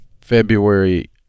February